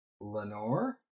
Lenore